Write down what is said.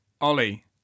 Ollie